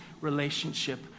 relationship